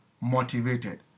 motivated